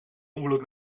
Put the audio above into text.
ongeluk